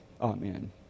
Amen